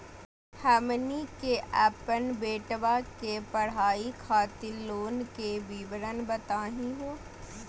हमनी के अपन बेटवा के पढाई खातीर लोन के विवरण बताही हो?